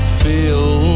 feel